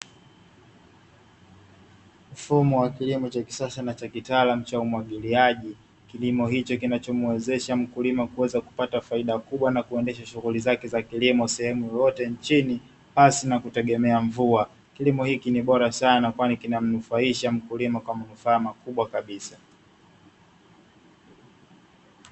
Mfumo wa kilimo cha kisasa na cha kitaalamu cha umwagiliaji. Kilimo hicho kinachomwezesha mkulima kuweza kupata faida kubwa na kuendesha shughuli za kilimo sehemu yoyote nchini pasi na kutegemea mvua. Kilimo hiki ni bora sana kwani kina mnufaisha mkulima kwa manufaa makubwa kabisa.